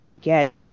get